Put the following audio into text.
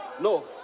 No